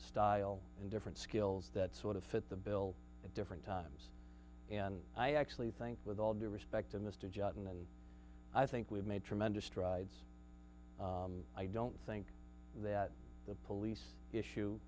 style and different skills that sort of fit the bill at different times and i actually think with all due respect to mr johnson and i think we've made tremendous strides i don't think that the police issue